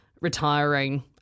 retiring